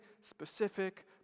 specific